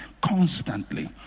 constantly